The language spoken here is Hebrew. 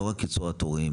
לא רק קיצור התורים,